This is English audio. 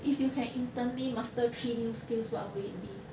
if you can instantly master three new skills what would it be